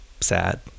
sad